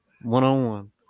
One-on-one